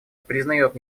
признает